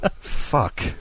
Fuck